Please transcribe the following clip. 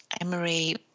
Emery